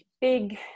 big